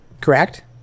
Correct